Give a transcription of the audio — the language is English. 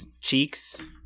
Cheeks